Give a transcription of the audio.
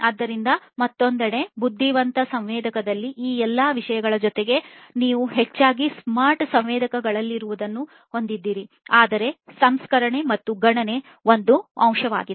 ಆದ್ದರಿಂದ ಮತ್ತೊಂದೆಡೆ ಬುದ್ಧಿವಂತ ಸಂವೇದಕದಲ್ಲಿ ಈ ಎಲ್ಲ ವಿಷಯಗಳ ಜೊತೆಗೆ ನೀವು ಹೆಚ್ಚಾಗಿ ಸ್ಮಾರ್ಟ್ ಸಂವೇದಕಗಳಲ್ಲಿರುವುದನ್ನು ಹೊಂದಿದ್ದೀರಿ ಆದರೆ ಸಂಸ್ಕರಣೆ ಮತ್ತು ಗಣನೆ ಒಂದು ಅಂಶವಾಗಿದೆ